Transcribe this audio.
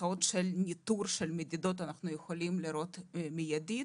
תוצאות של ניטור מדידות אנחנו יכולים לראות מיידית.